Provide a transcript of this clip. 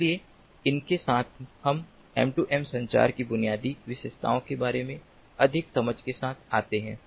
इसलिए इसके साथ हम M2M संचार की बुनियादी विशेषताओं के बारे में अधिक समझ के साथ आते हैं